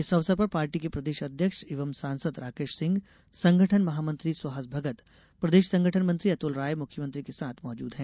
इस अवसर पर पार्टी के प्रदेश अध्यक्ष एवं सांसद राकेश सिंह संगठन महामंत्री सुहास भगत प्रदेश संगठन मंत्री अतुल राय मुख्यमंत्री के साथ मौजूद हैं